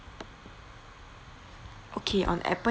okay on Appen